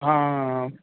ਹਾਂ ਹਾਂ ਹਾਂ ਹਾਂ